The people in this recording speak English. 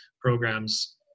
programs